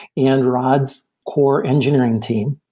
and rod's core engineering team,